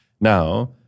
Now